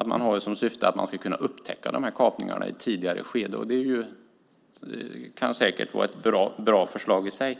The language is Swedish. att man har som syfte att man ska kunna upptäcka dessa kapningar i ett tidigare skede. Det kan säkert vara ett bra förslag i sig.